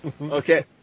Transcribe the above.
Okay